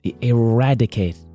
eradicate